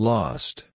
Lost